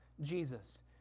Jesus